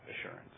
assurance